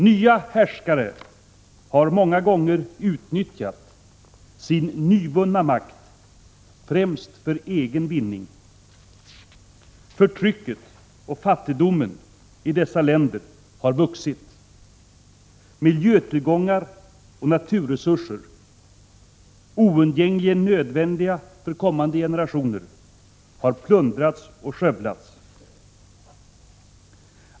Nya härskare har många gånger utnyttjat sin nyvunna makt, främst för egen vinning. Förtrycket och fattigdomen i dessa länder har vuxit. Miljötillgångar och naturresurser — oundgängligen nödvändiga för kommande generationer — har plundrats och skövlats.